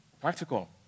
practical